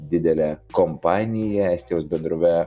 didele kompanija estijos bendrove